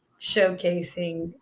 showcasing